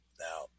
Now